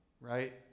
Right